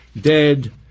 dead